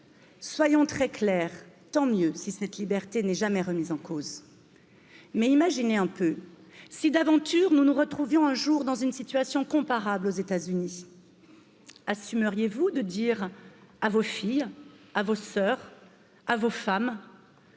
Soyons très clairs, tant mieux si cette liberté n'est jamais remise en cause, mais imaginez un peu si d'aventure nous nous retrouvions un jour dans une situation comparable aux états unis assumerez vous de dire à vos filles à vos pas soutenu